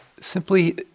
simply